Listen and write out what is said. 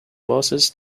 buses